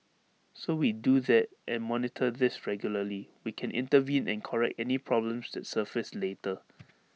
so we do that and monitor this regularly we can intervene and correct any problems that surface later